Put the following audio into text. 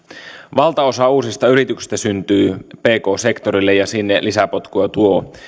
valtaosa uusista yrityksistä syntyy pk sektorille ja sinne lisäpotkua tuo